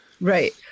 Right